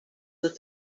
the